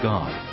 God